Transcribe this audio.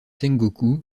sengoku